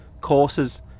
courses